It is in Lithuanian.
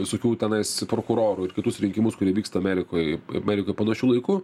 visokių tenais prokurorų ir kitus rinkimus kurie vyksta amerikoj amerikoj panašiu laiku